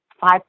five